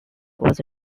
was